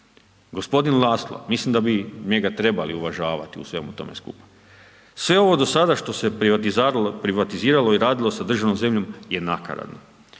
Gospodin Laszlo, mislim da bi njega trebali uvažavati u svemu tome skupa. Sve ovo što se do sada što se privatiziralo i radilo sa državnom zemljom je nakaradno.